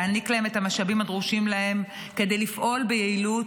להעניק להם את המשאבים הדרושים להם כדי לפעול ביעילות,